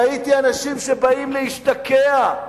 ראיתי אנשים שבאים להשתקע,